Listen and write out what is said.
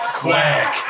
quack